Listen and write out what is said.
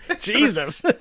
Jesus